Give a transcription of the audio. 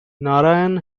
narayan